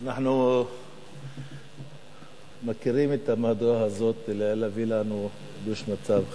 אנחנו מכירים את המהדורה הזאת להביא לנו חידוש מצב חירום.